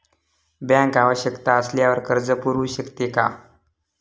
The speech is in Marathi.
बँक आवश्यकता असल्यावर कर्ज पुरवू शकते का?